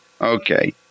Okay